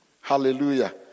hallelujah